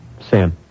Sam